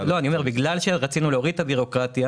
אני אומר שבגלל שרצינו להוריד את הבירוקרטיה